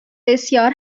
بسیار